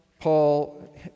Paul